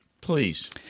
Please